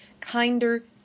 kinder